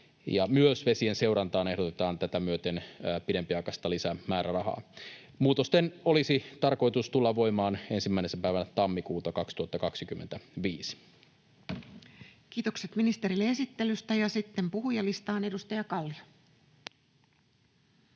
Myös vesien seurantaan ehdotetaan tätä myöten pidempiaikaista lisämäärärahaa. Muutosten olisi tarkoitus tulla voimaan 1. päivänä tammikuuta 2025. Kiitokset ministerille esittelystä, ja sitten puhujalistaan. — Edustaja Kallio.